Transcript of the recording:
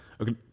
okay